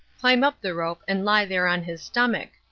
climb up the rope and lie there on his stomach.